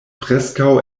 preskaŭ